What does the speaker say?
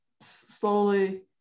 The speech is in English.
slowly